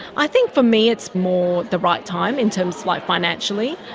i think for me it's more the right time in terms, like, financially.